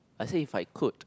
I say if I could